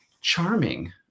charming